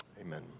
amen